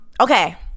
Okay